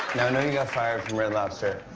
know know you got fired from red lobster,